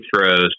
throws